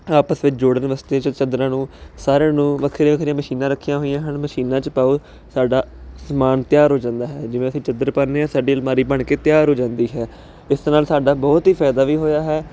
ਆਪਸ ਵਿੱਚ ਜੋੜਨ ਵਾਸਤੇ ਜਦੋਂ ਚਾਦਰਾਂ ਨੂੰ ਸਾਰਿਆਂ ਨੂੰ ਵੱਖਰੀਆਂ ਵੱਖਰੀਆਂ ਮਸ਼ੀਨਾਂ ਰੱਖੀਆਂ ਹੋਈਆਂ ਹਨ ਮਸ਼ੀਨਾਂ 'ਚ ਪਾਓ ਸਾਡਾ ਸਮਾਨ ਤਿਆਰ ਹੋ ਜਾਂਦਾ ਹੈ ਜਿਵੇਂ ਅਸੀਂ ਚਾਦਰ ਪਾਉਂਦੇ ਹਾਂ ਸਾਡੀ ਅਲਮਾਰੀ ਬਣ ਕੇ ਤਿਆਰ ਹੋ ਜਾਂਦੀ ਹੈ ਇਸ ਨਾਲ ਸਾਡਾ ਬਹੁਤ ਹੀ ਫਾਇਦਾ ਵੀ ਹੋਇਆ ਹੈ